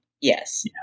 yes